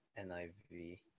NIV